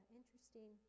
interesting